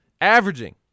averaging